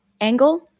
angle